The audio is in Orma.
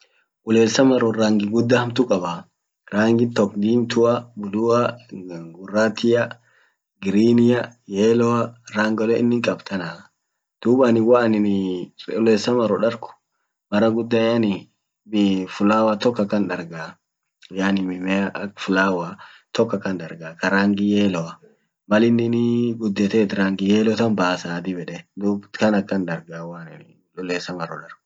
Ule samaro rangi gudda hamtu qaaba. rangi tok dimtua. blue. guratia. grenia. yellow. rangole innin qab tanaa dub woanin woanini ule samaro darg mara gudda yani flower tok akan darga yani mmea ak flower tok akan darga ka rangi yelloa malinini gudetet rangi yellow tan baasa dib yede dub tan akan darga woanin ule samaro darg.